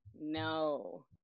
no